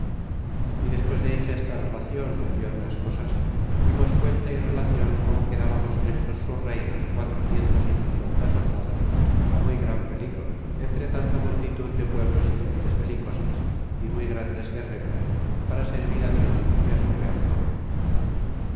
y despues de hecha esta relacion é otras cosas dimos cuenta y relacion cómo quedábamos en estos sus reinos quatro cientos y cincuenta soldados muy gran peligro entre tanta multitud de pueblos y gentes belicosas y muy grandes guerreros para servir á dios y su real corona